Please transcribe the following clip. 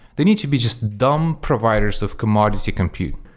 they need to be just dumb providers of commodity compute.